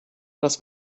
das